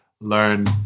learn